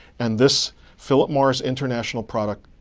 and this philip morris international product,